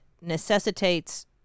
necessitates